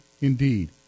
indeed